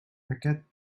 aquest